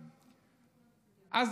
לא.